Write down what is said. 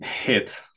hit